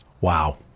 Wow